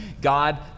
God